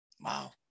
Wow